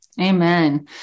Amen